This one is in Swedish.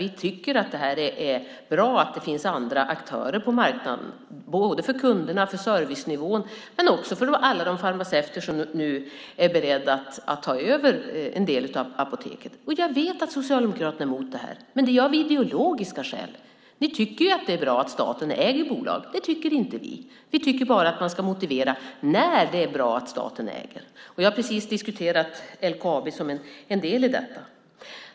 Vi tycker att det är bra att det finns andra aktörer på marknaden, både för kunderna och servicenivån och för alla de farmaceuter som nu är beredda att ta över en del av Apoteket. Jag vet att Socialdemokraterna är emot det här, men det är av ideologiska skäl man är det. Ni tycker ju att det är bra att staten äger bolag. Det tycker inte vi. Vi tycker att man ska motivera när det är bra att staten äger. Jag har precis diskuterat LKAB som en del i detta.